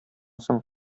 соң